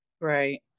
right